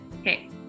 Okay